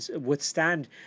withstand